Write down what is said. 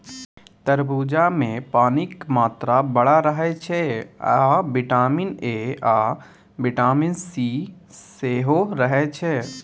तरबुजामे पानिक मात्रा बड़ रहय छै आ बिटामिन ए आ बिटामिन सी सेहो रहय छै